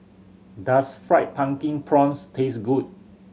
does Fried Pumpkin Prawns taste good